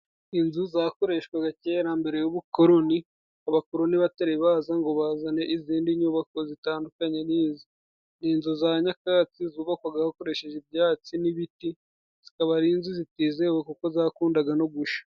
Inzu zakoreshwaga kera mbere y'ubukoroni, abakoroni batari baza ngo bazane izindi nyubako zitandukanye n'izi. Inzu za nyakatsi zubakwaga hakoresheje ibyatsi n'ibiti, zikaba ari inzu zitizewe kuko zakundaga no gusha.